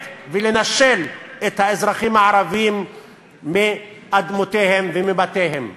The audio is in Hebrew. ולנשל את האזרחים הערבים מאדמותיהם ומבתיהם.